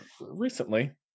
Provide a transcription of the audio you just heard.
recently